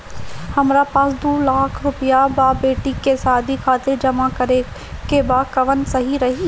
हमरा पास दू लाख रुपया बा बेटी के शादी खातिर जमा करे के बा कवन सही रही?